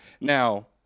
now